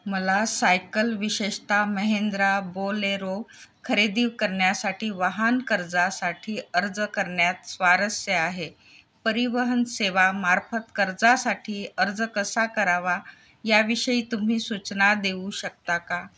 मला सायकल विशेषत मेहेंद्रा बोलेरो खरेदी करण्यासाठी वाहन कर्जासाठी अर्ज करण्यात स्वारस्य आहे परिवहन सेवामार्फत कर्जासाठी अर्ज कसा करावा याविषयी तुम्ही सूचना देऊ शकता का